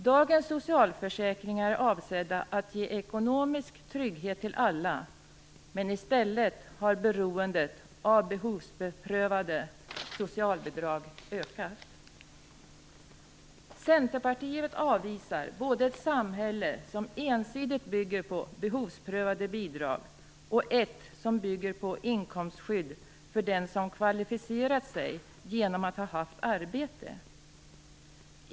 Dagens socialförsäkringar är avsedda att ge ekonomisk trygghet till alla, men i stället har beroendet av behovsprövade socialbidrag ökat. Centerpartiet avvisar både ett samhälle som ensidigt bygger på behovsprövade bidrag och ett som bygger på inkomstskydd för den som kvalificerat sig genom att ha haft arbete.